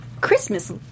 Christmas